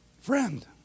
Friend